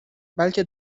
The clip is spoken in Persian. بلکه